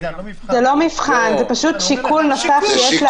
זה פשוט שיקול נוסף שיש להביא בחשבון.